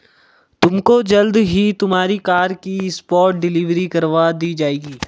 तुमको जल्द ही तुम्हारी कार की स्पॉट डिलीवरी करवा दी जाएगी